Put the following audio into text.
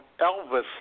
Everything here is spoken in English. Elvis